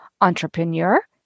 entrepreneur